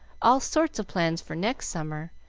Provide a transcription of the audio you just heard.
all sorts of plans for next summer,